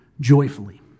joyfully